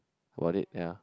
about it ya